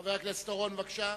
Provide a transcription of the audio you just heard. חבר הכנסת אורון, בבקשה.